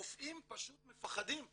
רופאים פשוט מפחדים מהיק"ר.